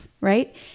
Right